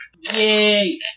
Yay